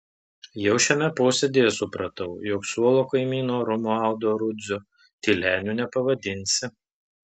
jau šiame posėdyje supratau jog suolo kaimyno romualdo rudzio tyleniu nepavadinsi